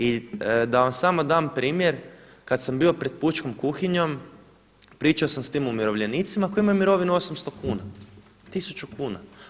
I da vam samo dam primjer, kada sam bio pred pučkom kuhinjom pričao sam sa tim umirovljenicima koji imaju mirovinu 800 kuna, 1000 kuna.